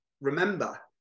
remember